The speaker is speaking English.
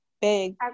big